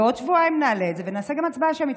בעוד שבועיים נעלה את זה ונעשה גם הצבעה שמית,